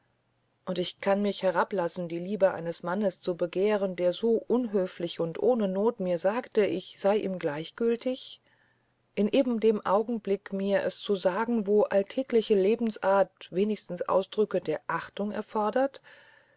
und ich kann mich herablassen die liebe eines mannes zu begehren der so unhöflich und ohne noth mir sagte ich sey ihm gleichgültig in eben dem augenblick mir es sagte wo alltägliche lebensart wenigstens ausdrücke der achtung erfordert